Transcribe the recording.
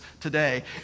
today